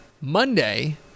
Monday